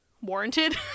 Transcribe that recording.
warranted